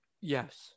yes